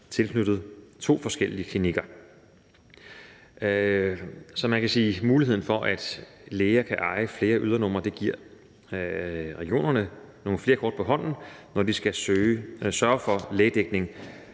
tilknyttet to forskellige klinikker. Så man kan sige, at muligheden for, at læger kan eje flere ydernumre, giver regionerne nogle flere kort på hånden, når de skal sørge for lægedækningen,